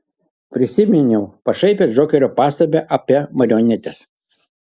prisiminiau pašaipią džokerio pastabą apie marionetes